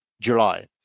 July